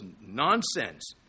nonsense